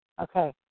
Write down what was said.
okay